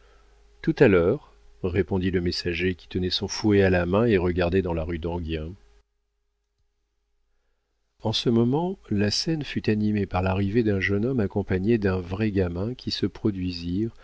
tout à l'heure répondit le messager qui tenait son fouet à la main et regardait dans la rue d'enghien illustration imp e martinet mistigris ce joyeux élève en peinture qu'en style d'atelier on appelle un rapin un début dans la vie en ce moment la scène fut animée par l'arrivée d'un jeune homme accompagné d'un vrai gamin qui se produisirent